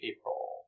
April